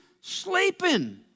sleeping